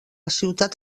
ciutat